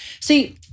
see